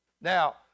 Now